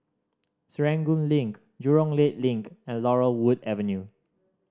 Serangoon Link Jurong Lake Link and Laurel Wood Avenue